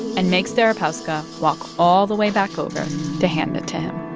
and makes deripaska walk all the way back over to hand it to him